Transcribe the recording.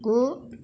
गु